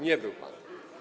Nie był pan.